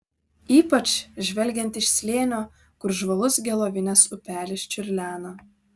ypač žvelgiant iš slėnio kur žvalus gelovinės upelis čiurlena